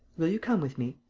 will you come with me?